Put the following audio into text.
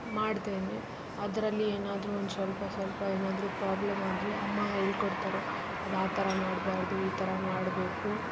ಮಾಡ್ತೇನೆ ಅದರಲ್ಲಿ ಏನಾದರೂ ಒಂದು ಸ್ವಲ್ಪ ಸ್ವಲ್ಪ ಏನಾದರೂ ಪ್ರಾಬ್ಲಮ್ ಆದರೆ ಅಮ್ಮ ಹೇಳಿಕೊಡ್ತಾರೆ ಅದು ಆ ಥರ ಮಾಡಬಾರ್ದು ಈ ಥರ ಮಾಡಬೇಕು